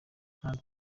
nta